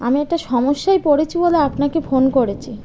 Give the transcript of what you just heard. আমি একটা সমস্যায় পড়েছি বলে আপনাকে ফোন করেছি